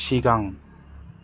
सिगां